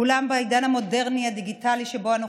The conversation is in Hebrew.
כולנו בעידן המודרני והדיגיטלי שבו אנחנו